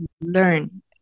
Learn